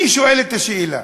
אני שואל את השאלה: